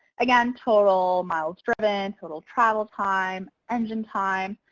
again, total miles driven, total travel time, engine time,